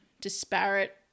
disparate